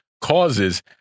causes